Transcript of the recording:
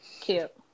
cute